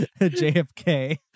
JFK